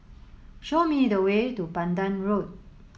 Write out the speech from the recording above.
show me the way to Pandan Road